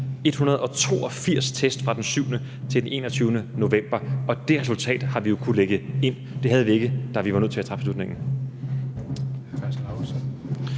156.182 test fra den 7. november til den 21. november, og det resultat har vi jo kunnet lægge ind. Det havde vi ikke, da vi var nødt til at træffe beslutningen.